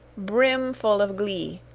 brimful of glee.